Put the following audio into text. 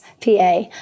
pa